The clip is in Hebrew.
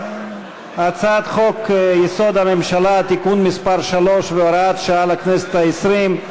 הצעת חוק-יסוד: הממשלה (תיקון מס' 3 והוראת שעה לכנסת ה-20),